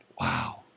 Wow